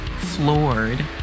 floored